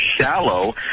shallow